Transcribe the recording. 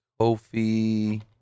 Kofi